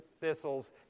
thistles